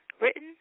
written